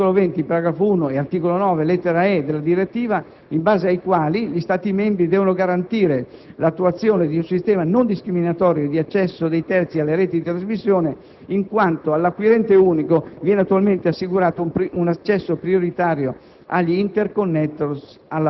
decisioni; inattuazione dell'articolo 20, paragrafo 1, e articolo 9, lettera *e)*, della direttiva, in base ai quali gli Stati membri devono garantire l'attuazione di un sistema non discriminatorio di accesso dei terzi alle reti di trasmissione, in quanto all'acquirente unico viene attualmente assicurato un accesso prioritario